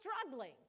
struggling